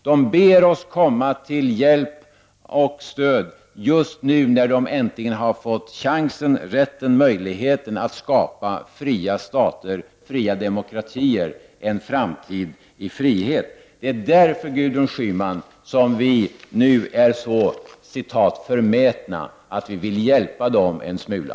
De ber oss komma till hjälp och stöd just nu när de äntligen har fått chansen, rätten och möjligheten att skapa fria stater, fria demokratier, en framtid i frihet. Det är därför, Gudrun Schyman, som vi nu är så ”förmätna” att vi vill hjälpa dem en smula.